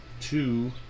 two